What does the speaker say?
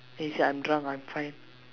then he said I'm drunk I'm fine